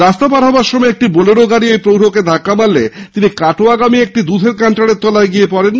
রাস্তা পার হবার সময় একটি বোলেরো গাড়ি ওই প্রৌঢ়কে ধাক্কা মারলে তিনি কাটোয়াগামী একটি দুধের ক্যান্টারের তলায় গিয়ে পড়েন